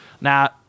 Now